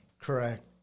Correct